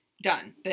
Done